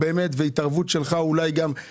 ואולי גם התערבות שלך בתוכנית,